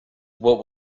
what